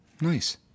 Nice